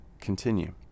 continue